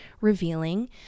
revealing